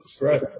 Right